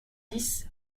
dix